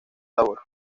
labor